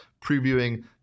previewing